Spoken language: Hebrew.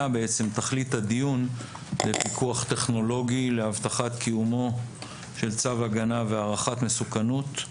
תכלית הדיון היא פיקוח טכנולוגי להבטחת קיומו של צו והערכת מסוכנות.